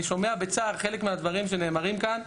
אני שומע בצער חלק מהדברים שנאמרים כאן.